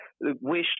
wish